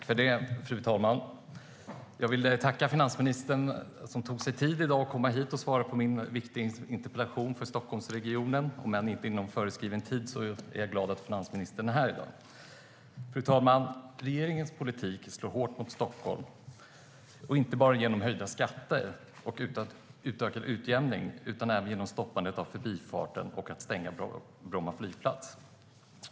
Fru talman! Jag vill tacka finansministern för att hon tagit sig tid att komma hit och besvara min viktiga interpellation gällande Stockholmsregionen. Även om det inte sker inom föreskriven tid är jag glad att finansministern är här i dag. Fru talman! Regeringens politik slår hårt mot Stockholm inte bara genom höjda skatter och utökad utjämning utan också genom stoppandet av Förbifarten och genom stängningen av Bromma flygplats.